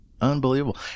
Unbelievable